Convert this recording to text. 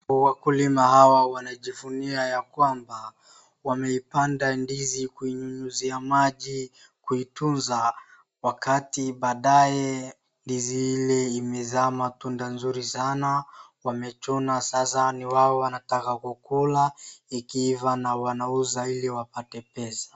Wakulima hawa wanajivunia ya kwamba wameipanda ndizi kuinyunyizia maji, kuituza wakati baadaye ndizi ile ilizaa matunda nzuri sana. Wamechuna sasa ni wao wanataka kukula ikiiva na wanauza ili wapate pesa.